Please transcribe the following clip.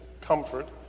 comfort